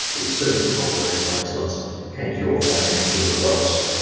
the service and operational excellence and your financial results.